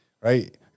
Right